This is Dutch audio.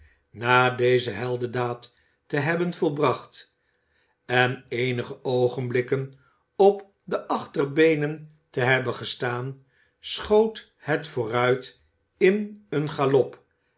na deze heldendaad te hebben volbracht en eenige oogenblikken op de achterbeenen te hebben gestaan schoot het vooruit in een galop